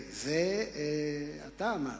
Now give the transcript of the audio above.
את זה אתה אמרת.